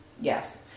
Yes